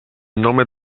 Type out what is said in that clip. nome